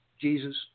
Jesus